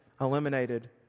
eliminated